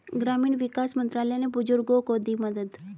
ग्रामीण विकास मंत्रालय ने बुजुर्गों को दी मदद